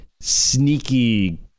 sneaky